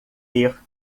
ter